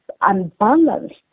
unbalanced